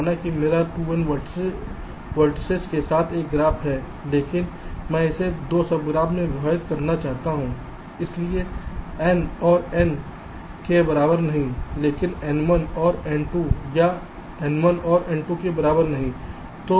माना कि मेरा 2n वेर्तिसेस के साथ ग्राफ है लेकिन मैं इसे 2 सबग्राफ में विभाजित करना चाहता हूं इसलिए n और n के बराबर नहीं लेकिन n1 और n2 या n1 और n2 के बराबर नहीं हैं